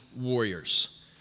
warriors